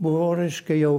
buvau reiškia jau